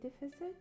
deficit